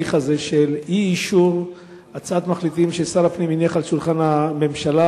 בהליך הזה של אי-אישור הצעת מחליטים ששר הפנים הניח על שולחן הממשלה,